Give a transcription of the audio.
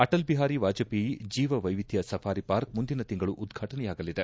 ಅಟಲ್ ಬಿಹಾರಿ ವಾಜಪೇಯಿ ಜೀವಿವೈವಿಧ್ಯ safari park ಮುಂದಿನ ತಿಂಗಳು ಉದ್ಘಾಟನೆಯಾಗಲಿದೆ